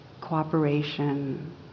cooperation